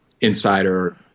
insider